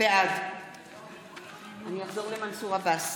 בעד מנסור עבאס,